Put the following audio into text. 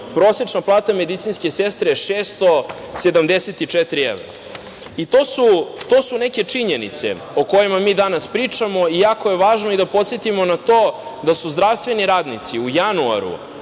prosečna plata medicinske sestre je 674 evra. To su neke činjenice o kojima mi danas pričamo. Jako je važno i da podsetimo na to da su zdravstveni radnici u januaru